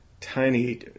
tiny